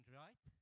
right